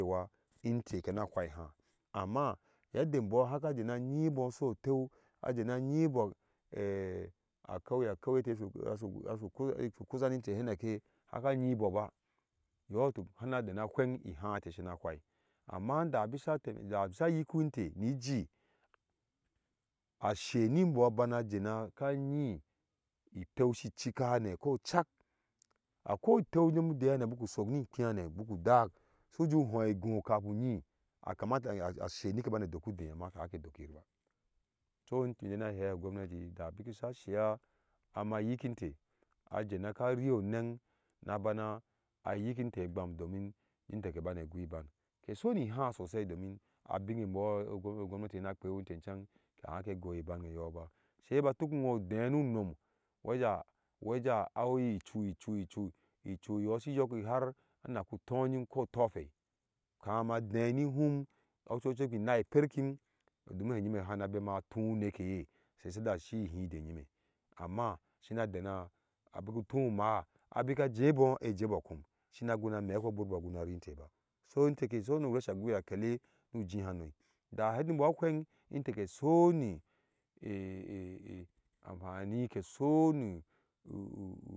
Cewa intɛɛ kena phai hara amma uyedde mbɔɔ haka jena nyibɔɔ osu oteu ajena bɔɔ akanye akanye te aso aso kusa ni ŋte hene ke haka ŋyibɔɔ ba yɔi tuk hana dena pheng iha te shina phai ba amma nda bisa nda sa yikiwi ntɛ ni jihi ashe ni mbɔɔ bana jena ka ŋyi iteu shi cika hane kɔcak akoi ɔteu nyom udehane buku sok ni ŋkpi hane buku udak suju hoi igɔɔh kami nyi akamata ase nike bane doku ude amma hake doki yir ba so intɛɛ icɛna he a gounati da biki sa sɛa amma yiki ntɛ ajena ka ri ineng na bana ayiki ntɛ igbam domin ni ntɛke bana gui iban, kɛ soni haa sosai domin abin eyɔɔ ugounai hina kpewi ntɛ incheng ihaki goi ibange eyɔɔ ba sei ba tukinwoɔ u de mu nom weje weje a awoyoyi icu icu cucuyɔɔ si yɔkɔ har inaku tɔɔ nying ko utɔphei kama dei ni hum ochucek inai per kim dom he nyima ma sina bema amma tu nekeye a sisijasi hide nyime amma shina dena ubuku tu uma abi kaje bɔɔ aguna rin ntɛ ba so intɛ ke so nu vesa gbira kele nu jihano nda heti mbɔɔ apheng intr kr soni anpaninkeso nu.